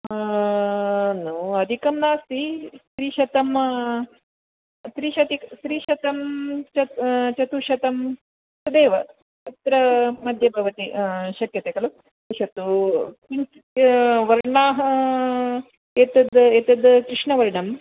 नो अधिकं नास्ति त्रिशतम् त्रिशति त्रिशतम् च चतुश्शतं तदेव अत्र मध्ये भवति शक्यते खलु पश्यतु किञ्चित् वर्णाः एतद् एतद् कृष्णवर्णम्